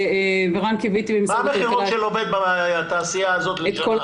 מה המכירות של עובד התעשייה הזאת לשנה?